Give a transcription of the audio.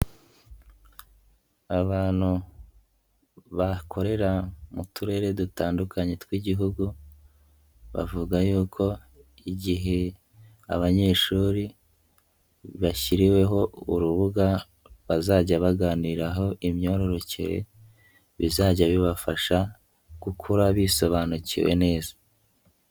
Abantu bakorera mu turere dutandukanye tw'Igihugu bavuga yuko igihe abanyeshuri bashyiriweho urubuga bazajya baganiraho imyororokere bizajya bibafasha gukura bisobanukiwe neza.